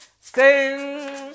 Sing